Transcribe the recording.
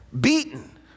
beaten